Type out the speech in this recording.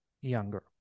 younger